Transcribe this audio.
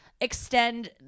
extend